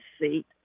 seat